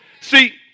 See